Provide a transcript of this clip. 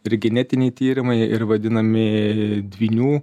ir genetiniai tyrimai ir vadinami dvynių